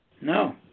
No